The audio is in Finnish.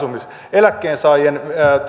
eläkkeensaajien